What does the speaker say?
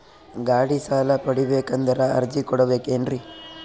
ಗಾಡಿ ಸಾಲ ಪಡಿಬೇಕಂದರ ಅರ್ಜಿ ಕೊಡಬೇಕೆನ್ರಿ?